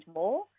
more